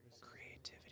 Creativity